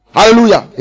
Hallelujah